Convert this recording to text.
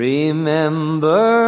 Remember